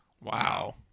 Wow